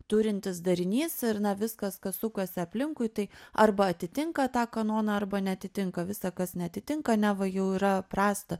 turintis darinys ir na viskas kas sukasi aplinkui tai arba atitinka tą kanoną arba neatitinka visa kas neatitinka neva jau yra prasta